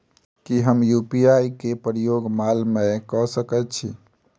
की हम यु.पी.आई केँ प्रयोग माल मै कऽ सकैत छी?